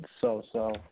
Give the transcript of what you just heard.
so-so